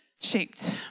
shaped